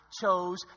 chose